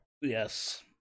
yes